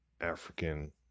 african